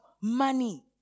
money